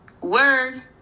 Word